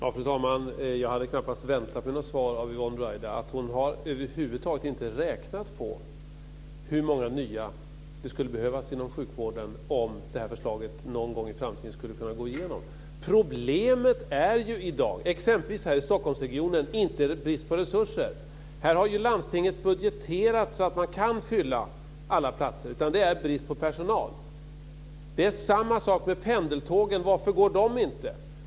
Fru talman! Jag hade knappast väntat mig något svar av Yvonne Ruwaida. Hon har över huvud taget inte räknat på hur många nya det skulle behövas inom sjukvården om det här förslaget någon gång i framtiden skulle kunna gå igenom. Problemet är ju i dag, exempelvis här i Stockholmsregionen, inte brist på resurser. Här har landstinget budgeterat så att man kan fylla alla platser. Problemet är brist på personal. Det är samma sak med pendeltågen. Varför går de inte?